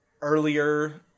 earlier